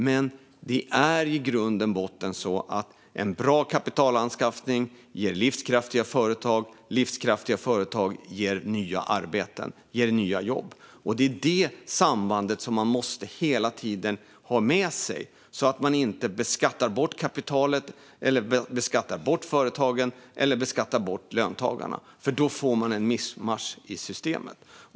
Men det är i grund och botten så att en bra kapitalanskaffning ger livskraftiga företag, och livskraftiga företag ger nya arbeten. Det är detta samband som man hela tiden måste ha med sig, så att man inte beskattar bort kapitalet, beskattar bort företagen eller beskattar bort löntagarna, för då får man ett mischmasch i systemet.